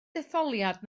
detholiad